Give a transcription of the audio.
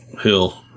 hill